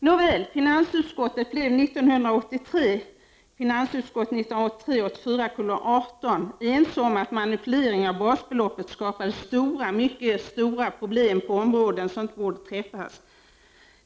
Nåväl, finansutskottet blev 1983 ense om att manipulering av basbeloppet skapade stora, mycket stora, problem på områden som inte borde träffas.